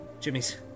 Jimmy's